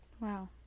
Wow